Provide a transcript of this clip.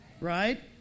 Right